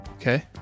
Okay